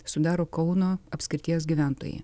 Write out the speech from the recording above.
sudaro kauno apskrities gyventojai